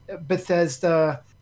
Bethesda